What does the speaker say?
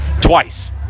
twice